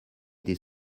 des